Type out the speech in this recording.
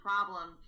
problem